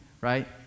right